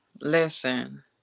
Listen